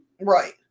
Right